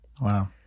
Wow